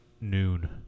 noon